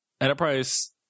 Enterprise